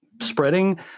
spreading